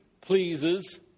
pleases